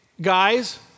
guys